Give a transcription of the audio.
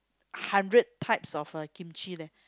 hundred types of kimchi leh